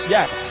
Yes